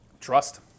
Trust